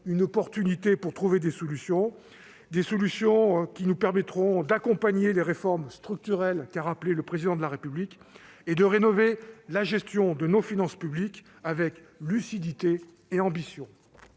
être l'occasion de trouver des solutions nous permettant d'accompagner les réformes structurelles qu'a rappelées le Président de la République et de rénover la gestion de nos finances publiques avec lucidité et ambition.